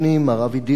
מר אבי דיכטר,